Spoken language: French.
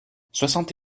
soixante